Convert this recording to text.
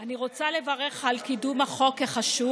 אני רוצה לברך על קידום החוק החשוב.